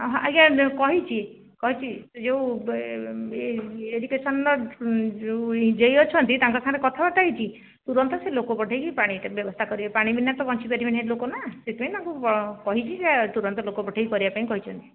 ହଁ ଆଜ୍ଞା କହିଛି କହିଛି ଯେଉଁ ଏଜୁକେଶନ୍ର ଯେଉଁ ଜେ ଇ ଅଛନ୍ତି ତାଙ୍କ ସାଙ୍ଗରେ କଥାବାର୍ତ୍ତା ହୋଇଛି ତୁରନ୍ତ ସେ ଲୋକ ପଠାଇକି ପାଣିଟା ବ୍ୟବସ୍ଥା କରିବେ ପାଣି ବିନା ତ ବଞ୍ଚି ପାରିବେନି ହେଟି ଲୋକ ନା ସେହିଥିପାଇଁ ତାଙ୍କୁ କହିଛି ସେ ତୁରନ୍ତ ଲୋକ ପଠାଇକି କରିବା ପାଇଁ କହିଛନ୍ତି